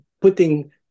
putting